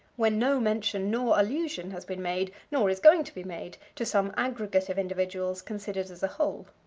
when no mention nor allusion has been made, nor is going to be made, to some aggregate of individuals considered as a whole.